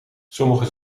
sommige